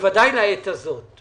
שוודאי לעת הזו,